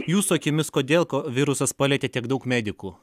jūsų akimis kodėl ko virusas palietė tiek daug medikų